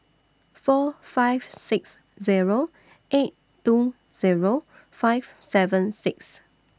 four five six Zero eight two Zero five seven six